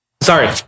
sorry